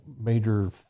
major